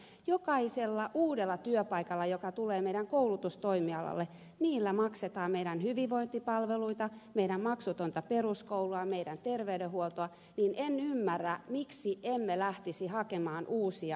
koska jokaisella uudella työpaikalla joka tulee meidän koulutustoimialallemme maksetaan meidän hyvinvointipalveluitamme meidän maksutonta peruskouluamme meidän terveydenhuoltoamme niin en ymmärrä miksi emme lähtisi hakemaan uusia avauksia